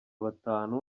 batanu